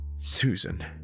Susan